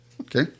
Okay